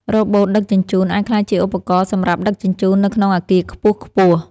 រ៉ូបូតដឹកជញ្ជូន អាចក្លាយជាឧបករណ៍សម្រាប់ដឹកជញ្ជូននៅក្នុងអគារខ្ពស់ៗ។